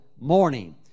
morning